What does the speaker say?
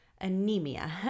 anemia